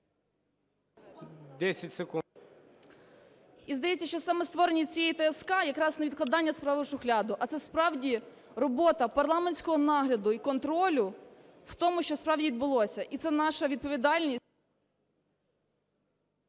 С.А. І здається, що саме створення цієї ТСК якраз не відкладання справи в шухляду, а це, справді, робота парламентського нагляду і контролю в тому, що справді відбулося. І це наша відповідальність…